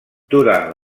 durant